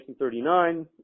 1939